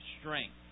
strength